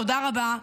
תודה רבה,